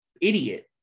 idiot